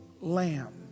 lamb